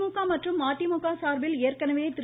திமுக மற்றும் மதிமுக சாா்பில் ஏற்கனவே திரு